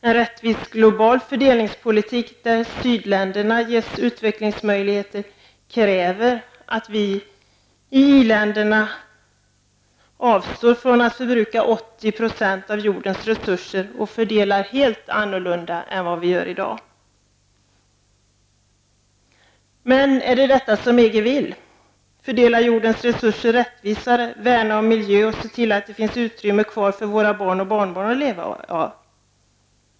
En rättvis global fördelningspolitik där sydländerna ges utvecklingsmöjligheter kräver att vi i i-länderna avstår från att förbruka 80 % av jordens resurser och att resurserna fördelas helt annorlunda än i dag. Men är det EGs önskan att fördela resurserna mer rättvist, värna om miljö och se till att det finns utrymme kvar för våra barn och barnbarn att leva i?